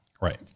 Right